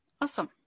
Awesome